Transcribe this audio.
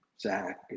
Zach